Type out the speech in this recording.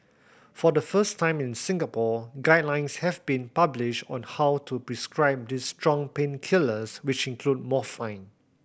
for the first time in Singapore guidelines have been published on how to prescribe these strong painkillers which include morphine